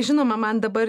žinoma man dabar